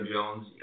Jones